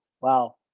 Wow